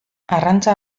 arrantza